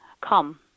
Come